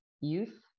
youth